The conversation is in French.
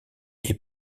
est